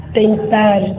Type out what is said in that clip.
tentar